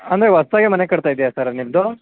ಅಂದರೆ ಹೊಸ್ದಾಗೆ ಮನೆ ಕಟ್ತಯಿದೆಯ ಸರ್ ನಿಮ್ಮದೂ